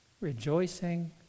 rejoicing